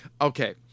okay